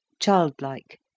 childlike